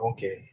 Okay